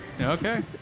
Okay